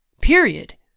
Period